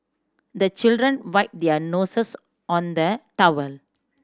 the children wipe their noses on the towel